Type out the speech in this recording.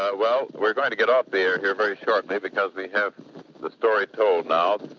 ah well, we're going to get off the air here very shortly because we have the story told now.